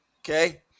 Okay